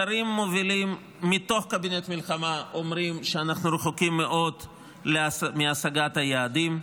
שרים מובילים מתוך קבינט מלחמה אומרים שאנחנו רחוקים מאוד מהשגת היעדים,